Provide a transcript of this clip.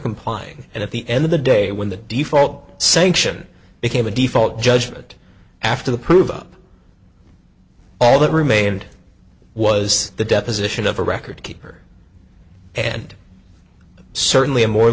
complying and at the end of the day when the default sanction became a default judgment after the prove up all that remained was the deposition of a record keeper and certainly a more